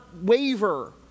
waver